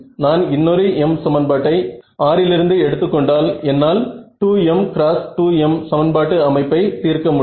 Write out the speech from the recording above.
நான் இன்னொரு m சமன்பாட்டை 6 லிருந்து எடுத்துக்கொண்டால் என்னால் 2m × 2m சமன்பாட்டு அமைப்பை தீர்க்க முடியும்